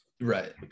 right